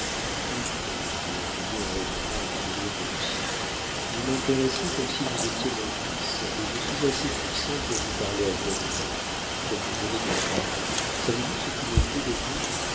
oui reprit l'inconnu en répondant au sourire de lucien vous m'intéressez comme si vous étiez mon fils et je suis assez puissant pour vous parler à cœur ouvert comme vous venez de me parler savez-vous ce qui me plaît de vous